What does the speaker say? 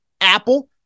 Apple